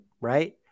right